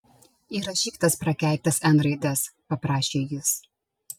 įrašyk tas prakeiktas n raides paprašė jis